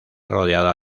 rodeada